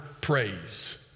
praise